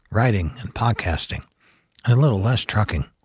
writing and podcasting, and a little less trucking.